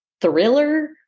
thriller